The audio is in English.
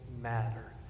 matter